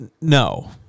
no